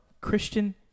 Christian